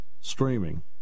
streaming